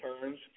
turns